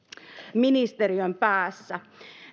ministeriön päässä